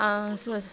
so అది